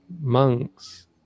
monks